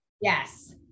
Yes